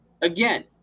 Again